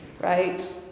right